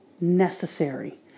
necessary